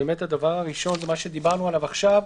הדבר הראשון זה מה שדיברנו עליו עכשיו,